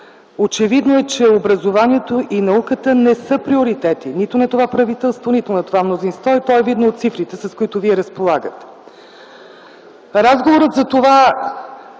Очевидно е, че науката и образованието не са приоритети нито на това правителство, нито на това мнозинство. То е видно от цифрите, с които вие разполагате. Разговорът за това